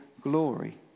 glory